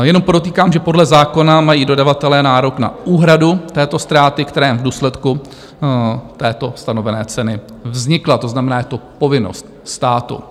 Jenom podotýkám, že podle zákona mají dodavatelé nárok na úhradu této ztráty, která jim v důsledku této stanovené ceny vznikla, to znamená, je to povinnost státu.